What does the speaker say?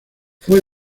fue